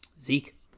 Zeke